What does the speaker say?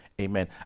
amen